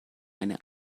eine